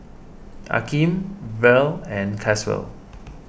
Akeem Verl and Caswell